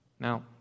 Now